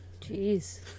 Jeez